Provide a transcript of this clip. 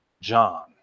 John